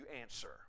answer